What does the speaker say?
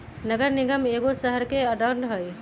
नगर निगम एगो शहरके अङग हइ